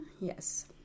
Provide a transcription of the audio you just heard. Yes